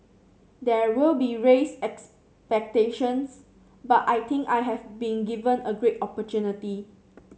there will be raised expectations but I think I have been given a great opportunity